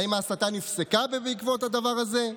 האם ההסתה נפסקה בעקבות הדבר הזה?